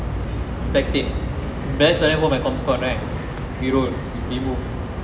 static bands only hold my comms cord right we roll we move